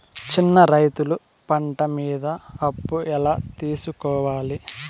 చిన్న రైతులు పంట మీద అప్పు ఎలా తీసుకోవాలి?